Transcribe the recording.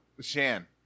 Shan